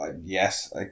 Yes